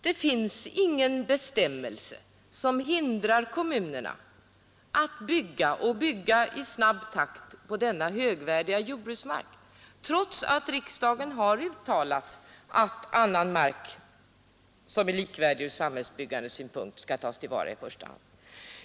Det finns alltså ingen bestämmelse som hindrar kommunerna att bygga, och att bygga i snabb takt, på denna högvärdiga jordbruksmark, trots att riksdagen har uttalat att annan mark, som är likvärdig ur samhällsbyggandesynpunkt, skall tas till vara i första hand.